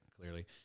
clearly